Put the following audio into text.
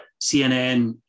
CNN